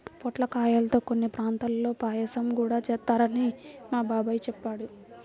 పొట్లకాయల్తో కొన్ని ప్రాంతాల్లో పాయసం గూడా చేత్తారని మా బాబాయ్ చెప్పాడు